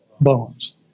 bones